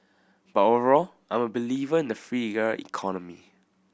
but overall I'm a believer in the freer economy